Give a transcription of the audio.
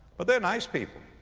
but they're nice people. ah,